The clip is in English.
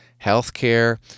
healthcare